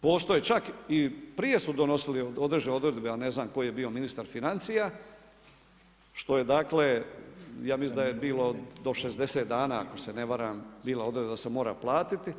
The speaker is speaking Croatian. Postoji čak i prije su donosili određene odredbe, ja ne znam koji je bio ministar financija što je dakle, ja mislim da je bilo do 60 dana ako se ne varam bila odredba da se mora platiti.